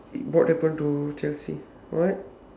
it what happened to chelsea what